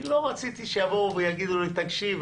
כי לא רציתי שיבואו ויגידו לי: תקשיב,